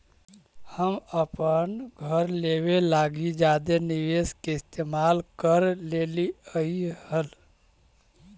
हम अपन घर लेबे लागी जादे निवेश के इस्तेमाल कर लेलीअई हल